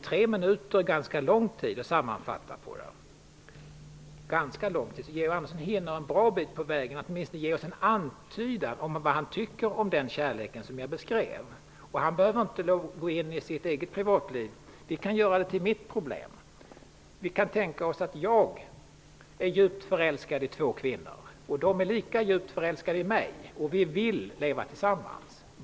Tre minuter är ganska lång tid att sammanfatta på, och Georg Andersson hinner en bra bit på vägen att åtminstone ge oss en antydan om vad han tycker om den kärlek som jag beskrev. Han behöver inte gå in i sitt eget privatliv, utan vi kan göra det till mitt problem. Vi kan tänka oss att jag är djupt förälskad i två kvinnor, att de är lika djupt förälskade i mig och att vi vill leva tillsammans.